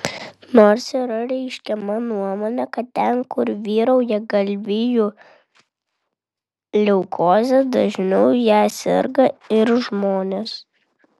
nors yra reiškiama nuomonė kad ten kur vyrauja galvijų leukozė dažniau ja serga ir žmonės